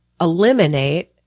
eliminate